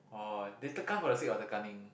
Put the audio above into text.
orh they tekan for the sake of tekaning